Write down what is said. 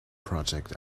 project